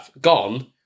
gone